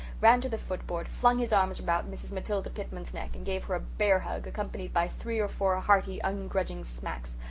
ran to the footboard, flung his arms about mrs. matilda pitman's neck, and gave her a bear hug, accompanied by three or four ah hearty, ungrudging smacks.